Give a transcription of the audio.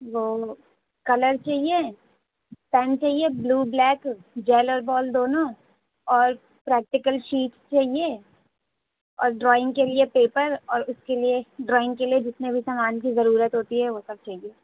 وہ کلر چاہیے پین چاہیے بلیو بلیک جیل اور بال دونوں اور پریکٹیکل شیٹ چاہیے اور ڈرائنگ کے لیے پیپر اور اس کے لیے ڈرائنگ کے لیے جتنے بھی سامان کی ضرورت ہوتی ہے وہ سب چاہیے